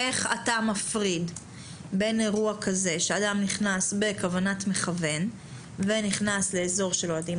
איך אתה מפריד בין אירוע שאדם נכנס בכוונת מכוון לאזור של אוהדים